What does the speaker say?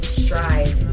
strive